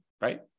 Right